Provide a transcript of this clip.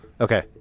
Okay